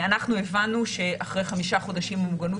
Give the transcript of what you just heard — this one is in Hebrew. אנחנו הבנו שאחרי חמישה חודשים המוגנות